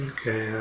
Okay